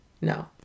no